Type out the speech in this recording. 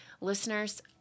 Listeners